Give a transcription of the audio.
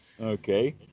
Okay